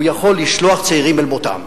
הוא יכול לשלוח צעירים אל מותם,